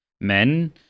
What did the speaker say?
men